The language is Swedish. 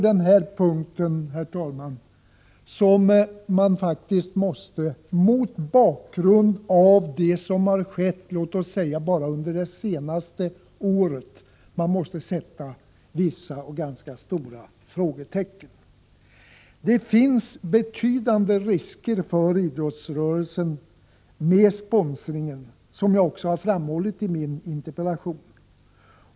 Det är faktiskt på den här punkten som man, mot bakgrund av det som har skett under låt oss säga det senaste året, måste sätta vissa och ganska stora frågetecken. Sponsring innebär betydande risker för idrottsrörelsen, vilket jag har framhållit i min interpellation.